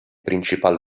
principal